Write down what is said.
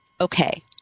okay